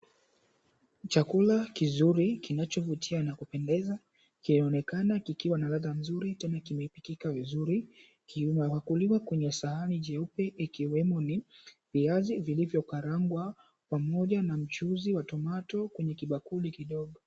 Chakula kizuri kinachovutia na kupendeza, kinaonekana kikiwa na ladha mzuri tena kikiwa kimepikika vizuri. Kimepakuliwa kwenye sahani jeupe, ikiwemo ni viazi vilivyo karangwa, pamoja na mchuzi wa tomato kwenye kibakuli kidogo.